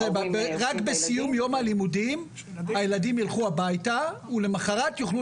אז רק בסיום יום הלימודים הילדים ילכו הביתה ולמחרת יוכלו